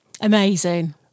Amazing